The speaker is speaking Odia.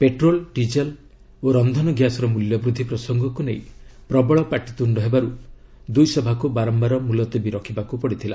ପେଟ୍ରୋଲ ଡିଜେଲ ଓ ରନ୍ଧନ ଗ୍ୟାସର ମୂଲ୍ୟ ବୃଦ୍ଧି ପ୍ରସଙ୍ଗକୁ ନେଇ ପ୍ରବଳ ପାଟିତୁଣ୍ଡ ହେବାରୁ ଦୁଇସଭାକୁ ବାରମ୍ଭାର ମୁଲତବୀ ରଖିବାକୁ ପଡ଼ିଥିଲା